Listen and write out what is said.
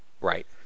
Right